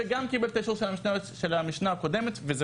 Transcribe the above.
שגם קיבל את האישור של המשנה הקודמת וזה